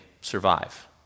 survive